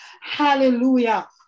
Hallelujah